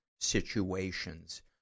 situations